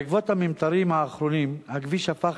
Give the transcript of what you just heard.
בעקבות הממטרים האחרונים הכביש הפך